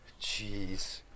Jeez